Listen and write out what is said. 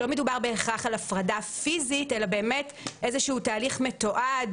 לא מדובר בהכרח על הפרדה פיזית אלא באמת איזשהו תהליך מתועד